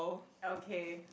okay